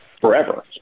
forever